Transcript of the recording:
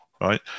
right